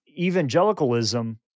evangelicalism